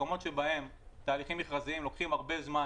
ובמקומות שבהם תהליכים מכרזיים לוקחים הרבה זמן,